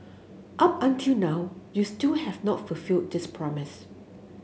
up until now you still have not fulfilled this promise